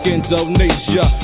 Indonesia